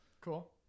Cool